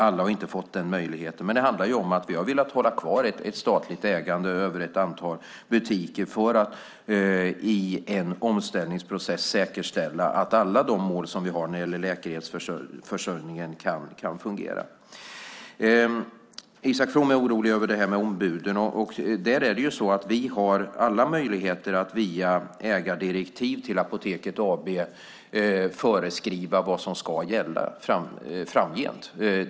Alla har ju inte fått möjligheten, men det handlar om att vi har velat hålla kvar ett statligt ägande av ett antal butiker för att i en omställningsprocess säkerställa att alla de mål som vi har för läkemedelsförsörjningen kan fungera. Isak From är orolig över ombuden. Vi har alla möjligheter att via ägardirektiv till Apoteket AB föreskriva vad som ska gälla framgent.